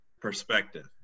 perspective